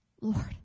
Lord